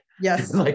yes